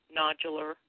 nodular